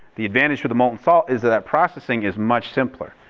the advantage of the molten salt is that processing is much simpler,